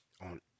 on